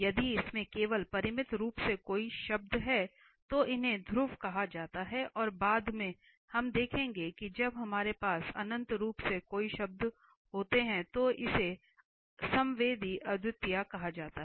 यदि इसमें केवल परिमित रूप से कई शब्द हैं तो इन्हें ध्रुव कहा जाता है और बाद में हम देखेंगे कि जब हमारे पास अनंत रूप से कई शब्द होते हैं तो इसे संवेदी अद्वितीयता कहा जाता है